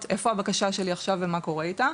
איפה הבקשה שלי עכשיו ומה קורה איתה?